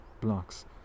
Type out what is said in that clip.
blocks